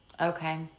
Okay